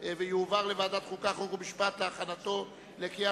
על הצעת חוק השיפוט הצבאי (תיקון מס'